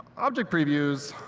object previews,